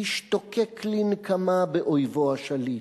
השתוקק לנקמה באויבו השליט,